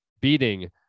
beating